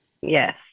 Yes